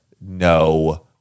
No